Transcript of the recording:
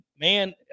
man